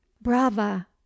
Brava